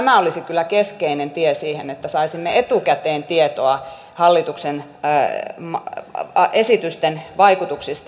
tämä olisi kyllä keskeinen tie siihen että saisimme etukäteen tietoa hallituksen esitysten vaikutuksista